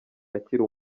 akiri